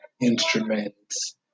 instruments